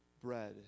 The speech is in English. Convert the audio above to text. Bread